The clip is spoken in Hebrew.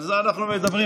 על זה אנחנו מדברים.